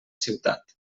ciutat